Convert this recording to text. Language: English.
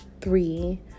three